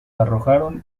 arrojaron